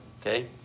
Okay